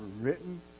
written